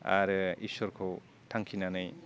आरो इस्वरखौ थांखिनानै